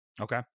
Okay